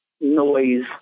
noise